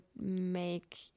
make